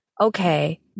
okay